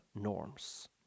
norms